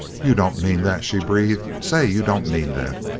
you don't mean that! she breathed. say you don't mean that!